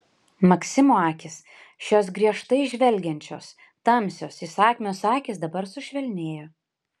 maksimo akys šios griežtai žvelgiančios tamsios įsakmios akys dabar sušvelnėjo